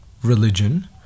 religion